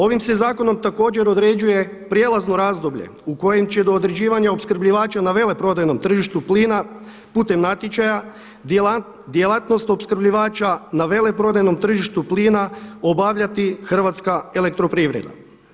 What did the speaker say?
Ovim se zakonom također određuje prijelazno razdoblje u kojem će do određivanja opskrbljivača na veleprodajnom tržištu plina putem natječaja djelatnost opskrbljivača na veleprodajnom tržištu plina obavljati Hrvatska elektroprivreda.